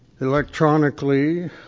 electronically